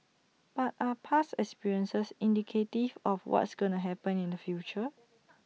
but are past experiences indicative of what's gonna happen in future